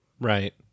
Right